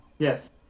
Yes